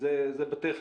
זה בטכניקה,